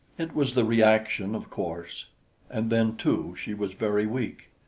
it was the reaction, of course and then too, she was very weak.